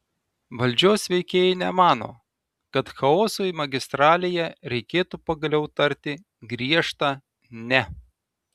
valdžios veikėjai nemano kad chaosui magistralėje reikėtų pagaliau tarti griežtą ne